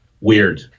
weird